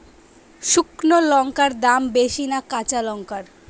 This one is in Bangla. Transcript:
শুক্নো লঙ্কার দাম বেশি না কাঁচা লঙ্কার?